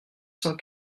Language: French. cent